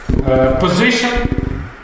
Position